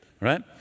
right